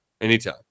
Anytime